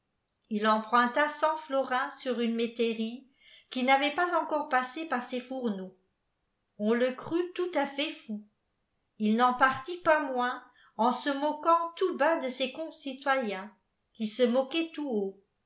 il emprunta cenrflorins sur une métairie qui n'avait pas encore passé par ses fourneaux on le crut tout à fait fou il n'en partit pa moins en se moquant tout bas de ses concitoèwi cjuisv riiôqûaîënt tout haut